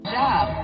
job